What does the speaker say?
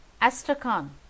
Astrakhan